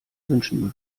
wünschen